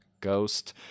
Ghost